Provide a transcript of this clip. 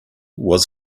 was